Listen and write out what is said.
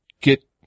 get